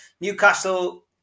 Newcastle